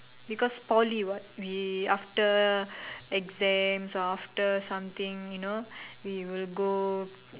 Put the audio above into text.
because Poly what we after exams or after something you know we will go